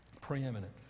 preeminent